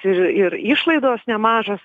ir ir išlaidos nemažos